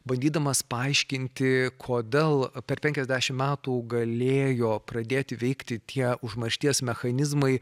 bandydamas paaiškinti kodėl per penkiasdešimt metų galėjo pradėti veikti tie užmaršties mechanizmai